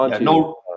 No